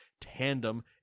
tandem